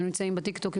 הם נמצאים בטיק טוק,